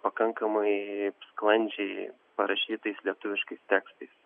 pakankamai sklandžiai parašytais lietuviškais tekstais